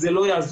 זה לא יעזור.